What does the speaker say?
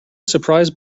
surprise